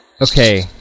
Okay